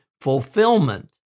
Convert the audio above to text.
fulfillment